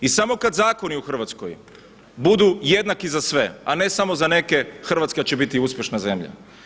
I samo kada zakoni u Hrvatskoj budu jednaki za sve a ne samo za neke, Hrvatska će biti uspješna zemlja.